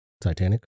Titanic